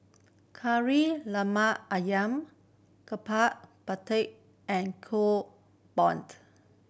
Kari Lemak Ayam and bom